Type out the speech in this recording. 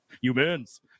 humans